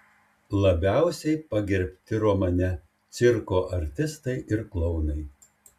labiausiai pagerbti romane cirko artistai ir klounai